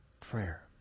prayer